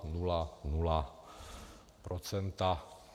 0,0000 procenta.